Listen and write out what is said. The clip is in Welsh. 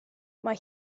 mae